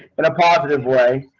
in a positive way.